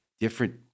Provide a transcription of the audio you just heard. different